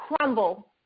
crumble